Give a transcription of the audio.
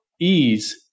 ease